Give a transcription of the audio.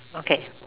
okay